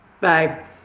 Bye